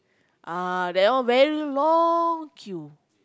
ah that one very long queue